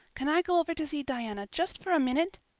can i go over to see diana just for a minute?